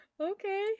okay